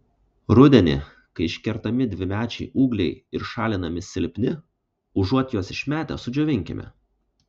rudenį kai iškertami dvimečiai ūgliai ir šalinami silpni užuot juos išmetę sudžiovinkime